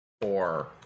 four